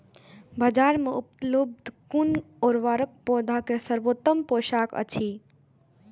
बाजार में उपलब्ध कुन उर्वरक पौधा के सर्वोत्तम पोषक अछि?